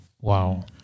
Wow